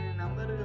number